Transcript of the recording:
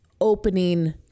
opening